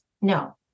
No